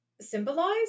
symbolize